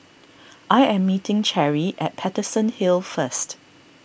I am meeting Cherry at Paterson Hill first